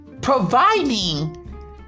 providing